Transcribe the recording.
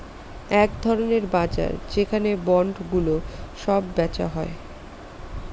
এক ধরনের বাজার যেখানে বন্ডগুলো সব বেচা হয়